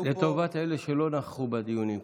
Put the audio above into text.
לטובת אלה שלא נכחו בדיונים,